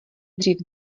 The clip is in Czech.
dřív